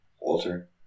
Walter